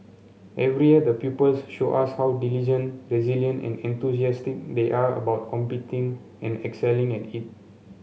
every year the pupils show us how diligent resilient and enthusiastic they are about competing and excelling at it